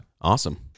Awesome